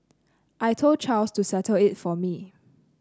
I told Charles to settle it for me